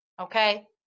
okay